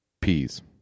peas